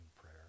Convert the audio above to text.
prayer